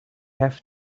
have